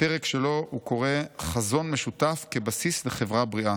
לפרק שלו הוא קורא: "חזון משותף כבסיס לחברה בריאה".